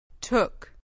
took